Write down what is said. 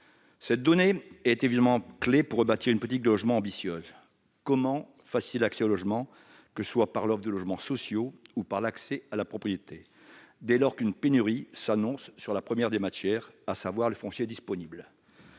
Cette donnée est évidemment clé pour rebâtir une politique du logement ambitieuse. Comment faciliter l'accès au logement, que ce soit par l'offre de logements sociaux ou par l'accès à la propriété, dès lors qu'une pénurie s'annonce sur la première des matières, à savoir le foncier disponible ?